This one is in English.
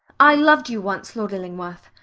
i loved you once, lord illingworth.